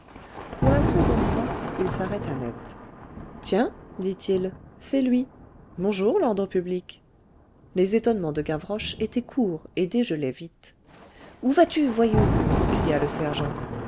pour la seconde fois il s'arrêta net tiens dit-il c'est lui bonjour l'ordre public les étonnements de gavroche étaient courts et dégelaient vite où vas-tu voyou cria le sergent